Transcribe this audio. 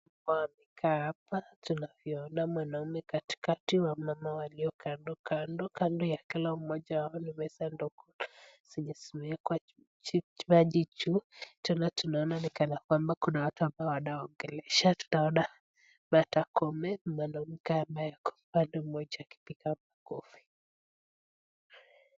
Hawa wamekaa hapa tunavyoona mwanaume katikati wamama waliokando kando. Kando ya kila mmoja wao ni meza ndogo zenye zimeweka chupa juu tena tunaona ni kana kwamba kuna watu ambao wanaowaongeleshwa tunaona Martha koome mwanamke ambaye kwa upande mmoja akipiga makofi.